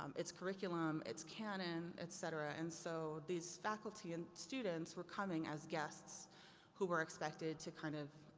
um its curriculum, its cannon et cetera. and so, these faculty and students were coming as guests who were expected to kind of,